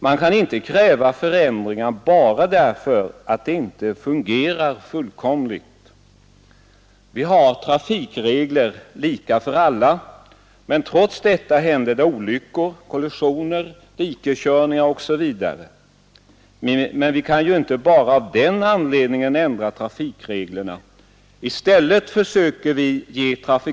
Man kan inte kräva förändringar bara därför att äktenskapet inte fungerar fullkomligt. Vi har trafikregler som är lika för alla. Trots detta händer det olyckor — kollisioner, dikeskörningar osv. Men vi kan ju inte bara av den försöker vi ge trafikanterna anledningen ändra trafikreglerna.